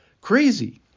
Crazy